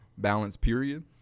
balanceperiod